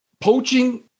Poaching